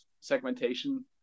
segmentation